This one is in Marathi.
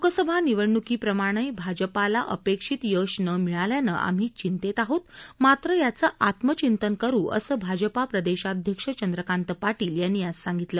लोकसभा निवडण्कीप्रमाणे भाजपाला यश नं मिळाल्यानं आम्ही चिंतेत आहोत मात्र याचं आत्मचिंतन करू असं भाजपा प्रदेशाध्यक्ष चंद्रकांत पाटील यांनी सांगितलं